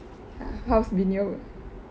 how's been your work